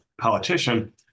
politician